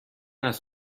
است